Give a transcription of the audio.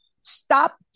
stop